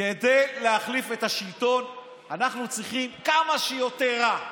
כדי להחליף את השלטון אנחנו צריכים כמה שיותר רע,